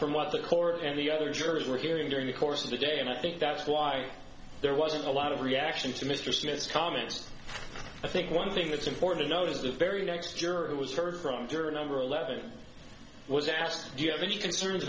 from what the court and the other jurors were hearing during the course of the day and i think that's why there wasn't a lot of reaction to mr smith's comments i think one thing that's important to note is the very next juror who was heard from juror number eleven was asked do you have any concerns